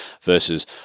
versus